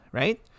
right